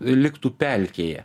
liktų pelkėje